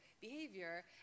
behavior